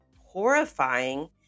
horrifying